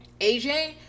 AJ